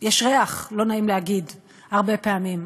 יש ריח, לא נעים להגיד, הרבה פעמים.